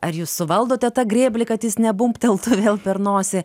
ar jūs suvaldote tą grėblį kad jis nebumbteltų vėl per nosį